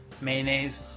mayonnaise